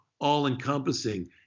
all-encompassing